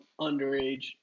underage